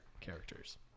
characters